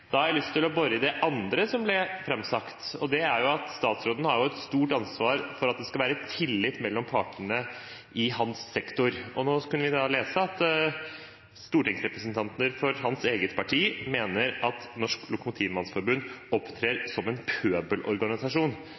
Da har jeg lyst til å bore i det andre som ble framsagt. Statsråden har et stort ansvar for at det skal være tillit mellom partene i hans sektor. Vi kunne lese at stortingsrepresentanter fra hans eget parti mener at Norsk Lokomotivmannsforbund opptrer som en